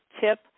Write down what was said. tip